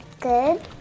Good